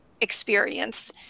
experience